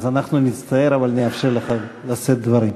אז אנחנו נצטער אבל נאפשר לך לשאת דברים.